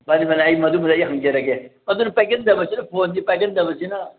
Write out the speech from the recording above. ꯃꯥꯅꯤ ꯃꯥꯅꯤ ꯑꯩ ꯃꯗꯨꯃꯗꯤ ꯑꯩ ꯍꯪꯖꯔꯒꯦ ꯑꯗꯨꯅ ꯄꯥꯏꯒꯟꯗꯕꯁꯤꯅ ꯐꯣꯟꯁꯤ ꯄꯥꯏꯒꯟꯗꯕꯁꯤꯅ